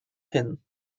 hin